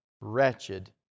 wretched